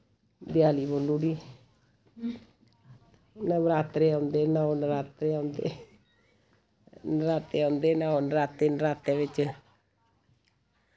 देआली बोलू ओड़ी नवरात्रे औंदे नौ नरात्ते औंदे नरात्ते औंदे नौ नराते नरातें बिच्च